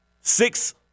Six –